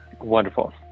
Wonderful